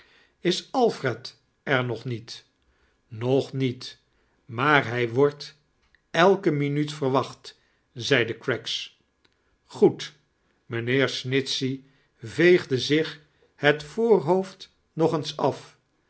is alfred er nog niet nog niet maar hij woa-dt eifce miinuut vieorwacht zei craggs goed mijtnheeir snitohey veegde zioh bet viooxaoofd nog eens af